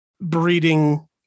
breeding